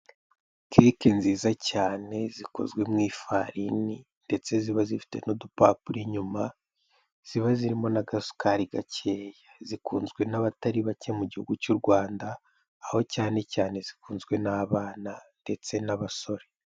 Keke nziza cyane zikozwe mu ifarini ndetse ziba zifite n'udupapuro inyuma, ziba zirimo n'agasukari gakeya, zikunzwe n'abatari bake mu gihugu cy'u Rwanda, aho cyane cyane zikunzwe n'abana ndetse n'abasore.